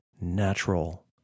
natural